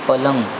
पलंग